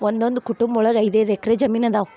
ಒನ್ನೊಂದು ಕುಟುಂಬ ಒಳ್ಗ ಐದೈದು ಎಕ್ರೆ ಜಮೀನು ಅದಾವ